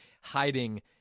hiding